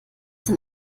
denn